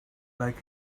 like